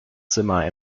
zimmer